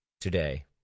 today